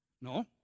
No